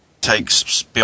takes